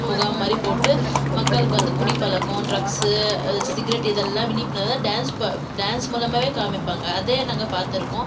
முகாம் மாதிரி போட்டு மக்களுக்கு வந்து குடிப் பழக்கம் ட்ரக்ஸு சிகரெட் இதெல்லாம் விழிப்புணர்வு டான்ஸ் டான்ஸ் மூலமாகவே காம்மிப்பாங்க அதையும் நாங்கள் பார்த்துருக்கோம்